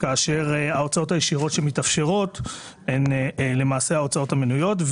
כאשר ההוצאות הישירות שמתאפשרות הן למעשה ההוצאות המנויות.